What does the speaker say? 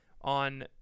On